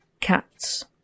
cat's